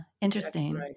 interesting